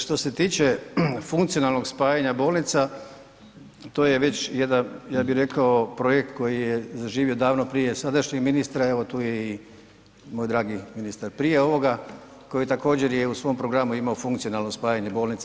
Što se tiče funkcionalnog spajanja bolnica to je već jedan ja bi rekao projekt koji je zaživio davno prije sadašnjeg ministra, evo tu je i moj dragi ministar prije ovoga koji također je u svojem programu imamo funkcionalno spajanje bolnica.